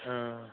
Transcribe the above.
औ